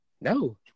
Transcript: No